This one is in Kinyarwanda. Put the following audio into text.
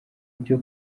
byo